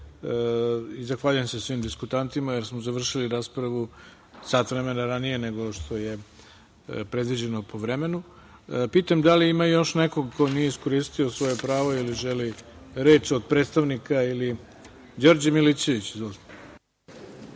se svim diskutantima jer smo završili raspravu sat vremena ranije nego što je predviđeno po vremenu. Pitam – da li ima još nekog ko nije iskoristio svoje pravo ili želi reč od predstavnika poslaničkih